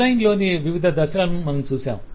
design లోని వివిధ దశలను మనం చూశాము